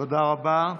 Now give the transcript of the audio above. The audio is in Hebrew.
תודה רבה.